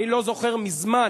אני לא זוכר מזמן